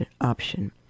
option